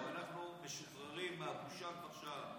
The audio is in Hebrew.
ברוך השם, אנחנו משוחררים מהבושה כבר שעה.